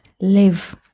live